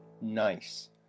Nice